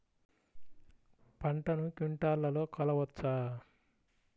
పంటను క్వింటాల్లలో కొలవచ్చా?